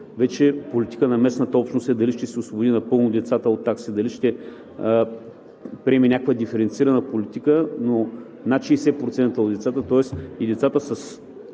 вече е политика на местната общност – дали ще си освободи напълно децата от такси, дали ще приеме някаква диференцирана политика? Но над 60% от децата, тоест и децата на